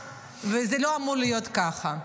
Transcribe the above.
וזה לא אמור להיות ככה.